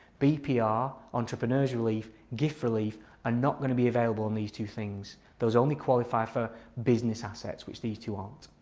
bpr, entrepreneur's relief, gift relief are not going to be available on these two things. those only qualify for business assets which these two aren't.